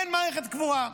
אין מערכת קבורה?